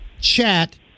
Chat